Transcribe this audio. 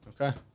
Okay